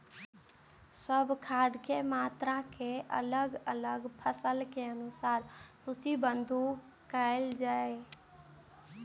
सब खाद के मात्रा के अलग अलग फसल के अनुसार सूचीबद्ध कायल जाओ?